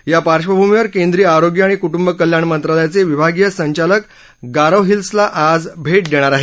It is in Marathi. त्या पार्श्वभूमीवर केंद्रीय आरोग्य आणि कुटुंब कल्याण मंत्रालयाचे विभागीय संचालक गारो हिल्सला आज भेट देणार आहेत